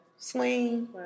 swing